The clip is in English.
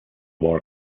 war